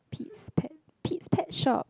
please pet please pet shop